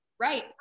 Right